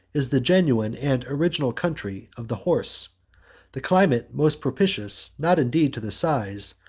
is the genuine and original country of the horse the climate most propitious, not indeed to the size,